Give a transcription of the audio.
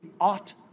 ought